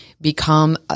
become